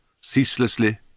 ceaselessly